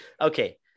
okay